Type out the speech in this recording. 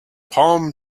palm